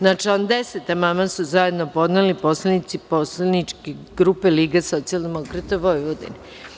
Na član 10. amandman su zajedno podneli poslanici poslaničke grupe Liga socijaldemokrata Vojvodine.